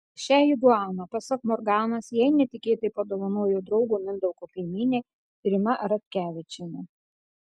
šią iguaną pasak morganos jai netikėtai padovanojo draugo mindaugo kaimynė rima ratkevičienė